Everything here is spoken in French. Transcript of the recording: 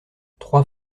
trois